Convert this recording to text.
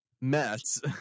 Mets